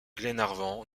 glenarvan